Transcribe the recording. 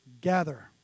gather